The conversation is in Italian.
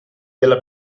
dalla